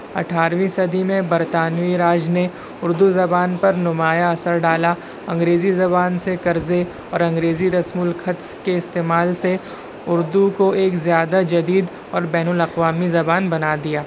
اٹھارویں صدی میں برطانوی راج نے اُردو زبان پر نمایاں اثر ڈالا انگریزی زبان سے قرضے اور انگریزی رسم االکھط کے استعمال سے اُردو کو ایک زیادہ جدید اور بین الاقوامی زبان بنا دیا